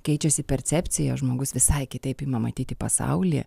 keičiasi percepcija žmogus visai kitaip ima matyti pasaulį